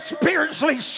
spiritually